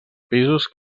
pisos